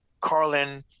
Carlin